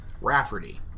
Rafferty